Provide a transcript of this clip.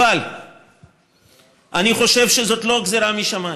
אבל אני חושב שזאת לא גזרה משמיים.